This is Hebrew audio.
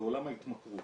עולם ההתמכרות.